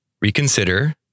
Reconsider